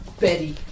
Betty